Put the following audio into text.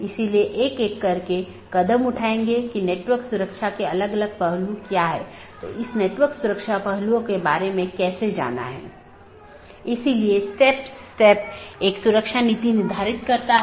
इसलिए यदि यह बिना मान्यता प्राप्त वैकल्पिक विशेषता सकर्मक विशेषता है इसका मतलब है यह बिना किसी विश्लेषण के सहकर्मी को प्रेषित किया जा रहा है